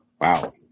wow